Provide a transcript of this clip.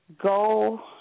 go